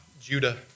Judah